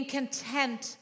content